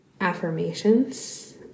affirmations